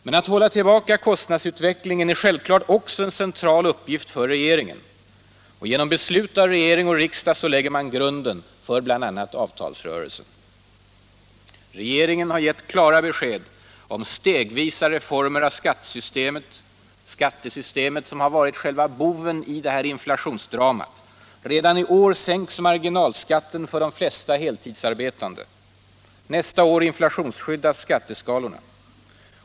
Men att hålla tillbaka kostnadsutvecklingen är självklart också en central uppgift för regeringen. Genom beslut av regering och riksdag lägger man grunden för bl.a. avtalsrörelsen. Regeringen har givit klara besked om stegvisa reformer av skattesystemet, som har varit själva boven i inflationsdramat. Redan i år sänks marginalskatten för de flesta heltidsarbetande. Nästa år inflationsskyddas skatteskalorna.